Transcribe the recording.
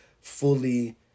fully